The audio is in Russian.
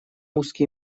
узкий